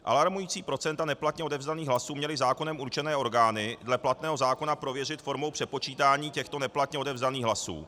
Alarmující procenta neplatně odevzdaných hlasů měly zákonem určené orgány dle platného zákona prověřit formou přepočítání těchto neplatně odevzdaných hlasů.